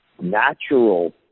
natural